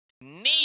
need